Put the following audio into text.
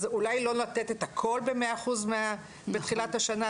אז אולי לא לתת את הכל ב-100 אחוז בתחילת השנה,